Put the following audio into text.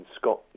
Scott